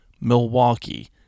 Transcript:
milwaukee